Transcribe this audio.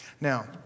Now